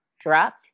dropped